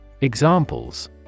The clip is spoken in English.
Examples